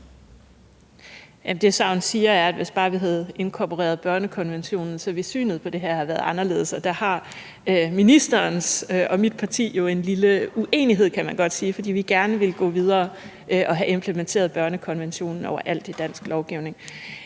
Det, SAVN siger, er, at hvis bare vi havde inkorporeret børnekonventionen, ville synet på det her have været anderledes. Der har ministerens parti og mit parti jo en lille uenighed, kan man godt sige, fordi vi gerne vil gå videre og have implementeret børnekonventionen overalt i dansk lovgivning.